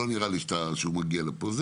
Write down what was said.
לא נראה לי שאתה מגיע לפה,